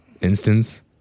instance